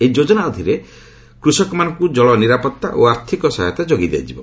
ଏହି ଯୋଜନା ଅଧୀନରେ କୃଷକମାନଙ୍କ ଜଳ ନିରାପତ୍ତା ଓ ଆର୍ଥିକ ସହାୟତା ଯୋଗାଇ ଦିଆଯିବ